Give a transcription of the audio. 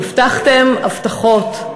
הבטחתם הבטחות.